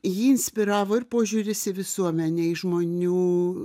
jį inspiravo ir požiūris į visuomenę į žmonių